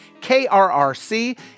KRRC